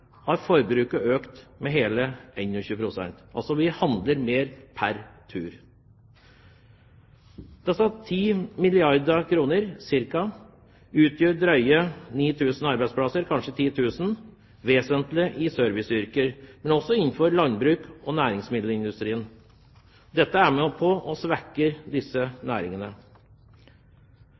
har forbruket økt med hele 21 pst. – vi handler altså mer pr. tur. Disse ca. 10 milliarder kr utgjør drøye 9 000 arbeidsplasser, kanskje 10 000, vesentlig i serviceyrker, men også innenfor landbruk og næringsmiddelindustrien. Dette er med på å svekke disse næringene.